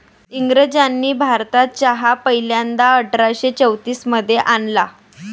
इंग्रजांनी भारतात चहा पहिल्यांदा अठरा शे चौतीस मध्ये आणला